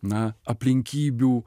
na aplinkybių